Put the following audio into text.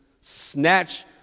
snatch